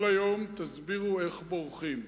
כל היום תסבירו איך בורחים,